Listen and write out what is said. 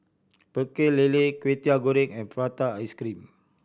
Pecel Lele Kway Teow Goreng and prata ice cream